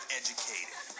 educated